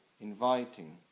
inviting